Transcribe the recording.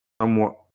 somewhat